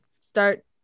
start